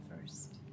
first